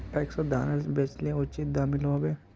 पैक्सोत धानेर बेचले उचित दाम मिलोहो होबे?